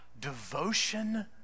devotion